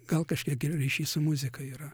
gal kažkiek ir ryšys su muzika yra